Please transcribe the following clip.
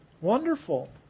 wonderful